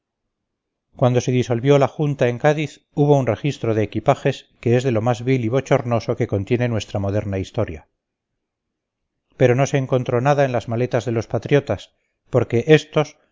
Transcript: cuando se disolvió la junta en cádiz hubo un registro de equipajes que es de lo más vil y bochornoso que contiene nuestra moderna historia pero no se encontró nada en las maletas de los patriotas porque estos